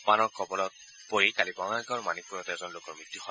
বানৰ কবলত পৰি আজি বঙাইগাঁৱৰ মানিকপুৰত এজন লোকৰ মৃত্যু হয়